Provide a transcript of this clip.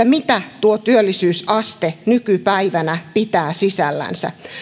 mitä työllisyysaste nykypäivänä pitää sisällään